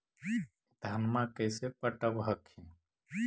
धन्मा कैसे पटब हखिन?